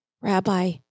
Rabbi